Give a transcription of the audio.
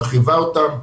מרחיבה אותם,